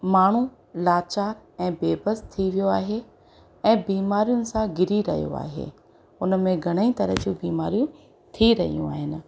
माण्हू लाचार ऐं बेबस थी वियो आहे ऐं बीमारियुनि सां गिरी रहियो आहे उन में घणेई तरह जूं बीमारी थी रहियूं आहिनि